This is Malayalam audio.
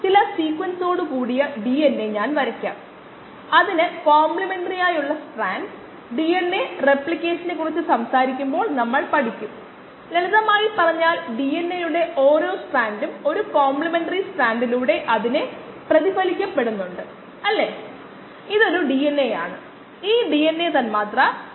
നമുക്ക് kd ഉണ്ടെങ്കിൽ നമുക്ക് D കണ്ടെത്താനാകും ഇത് ഡെസിമൽ റിഡക്ഷൻ സമയമാണ് ഇത് ഒരു പാർട്ട് A ആവശ്യമാണ്